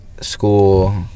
school